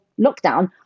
lockdown